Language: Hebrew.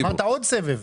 אמרת עוד סבב.